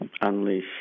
unleash